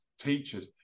teachers